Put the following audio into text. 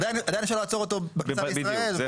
עדיין אפשר לעצור אותו בכניסה לישראל ולברר את הבעיה.